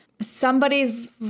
somebody's